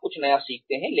आप कुछ नया सीखते हैं